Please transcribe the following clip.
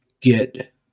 get